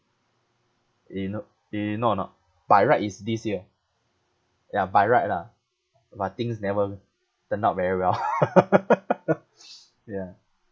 you know you know or not by right is this year ya by right lah but things never turn out very well ya